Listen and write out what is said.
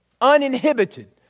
uninhibited